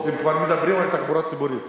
באוטובוס, אם כבר מדברים על תחבורה ציבורית,